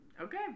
Okay